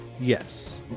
Yes